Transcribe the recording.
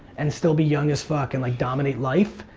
and still be young as fuck and like dominate life,